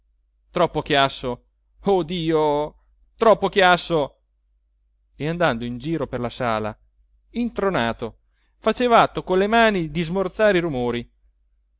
troppo chiasso oh dio troppo chiasso e andando in giro per la sala intronato faceva atto con le mani di smorzare i rumori